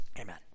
Amen